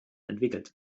entwickelt